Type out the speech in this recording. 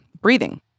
breathing